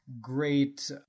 great